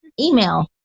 email